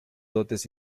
dotes